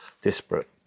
disparate